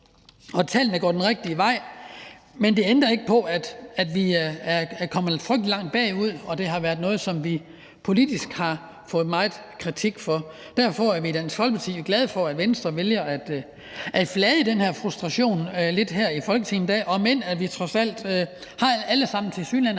Og tallene går den rigtige vej, men det ændrer ikke ved, at vi er kommet frygtelig langt bagud, og at det har været noget, som vi politisk har fået meget kritik for. Derfor er vi i Dansk Folkeparti glade for, at Venstre vælger at flage den her frustration her i Folketinget, om end vi trods alt alle sammen tilsyneladende